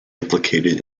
implicated